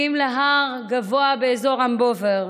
היו מגיעים להר גבוה באזור אמבובר,